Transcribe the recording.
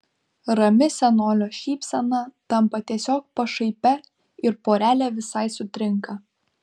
rami senolio šypsena tampa tiesiog pašaipia ir porelė visai sutrinka